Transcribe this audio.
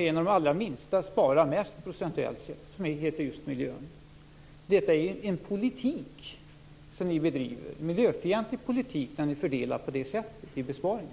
en av de allra minsta delarna i de statliga utgifterna spara mest procentuellt sett, vilket är fallet med just miljön? Ni bedriver en miljöfientlig politik när ni fördelar besparingarna på det sättet.